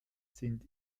sind